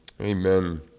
Amen